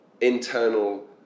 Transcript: internal